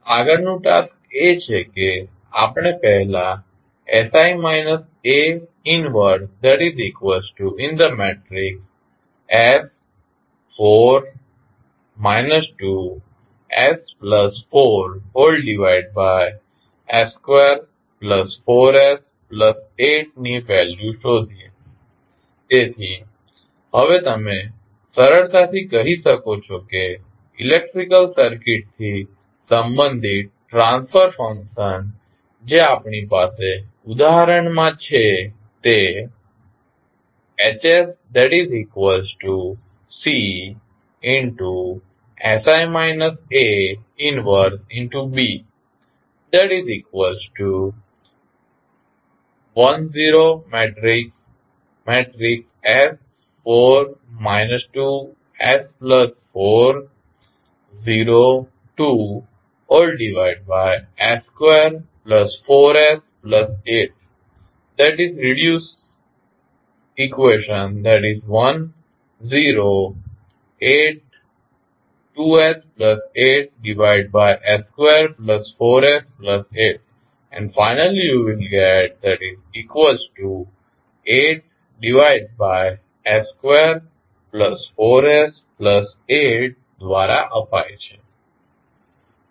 આગળનું ટાસ્ક એ છે કે આપણે પહેલા ની વેલ્યુ શોધીએ તેથી હવે તમે સરળતાથી કહી શકો છો કે ઇલેક્ટ્રિકલ સર્કિટથી સંબંધિત ટ્રાન્સફર ફંક્શન જે આપણી પાસે ઉદાહરણમાં છે તે દ્વારા અપાય છે